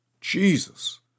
Jesus